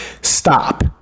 Stop